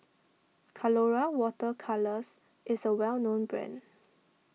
Colora Water Colours is a well known brand